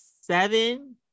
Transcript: seven